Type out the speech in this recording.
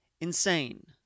Insane